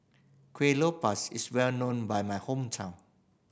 kuih is well known by my hometown